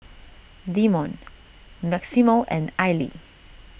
Demond Maximo and Aili